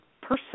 person